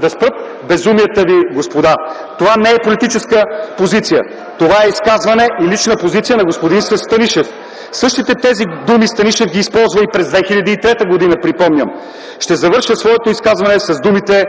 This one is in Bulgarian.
да спрат безумията ви, господа! Това не е политическа позиция. Това е изказване и лична позиция на господин Станишев. Същите тези думи Станишев ги използва и през 2003 г., припомням. Ще завърша своето изказване с думите